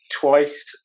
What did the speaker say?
twice